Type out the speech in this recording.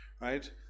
Right